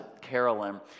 carolyn